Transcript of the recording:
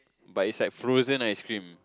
but it's like frozen ice cream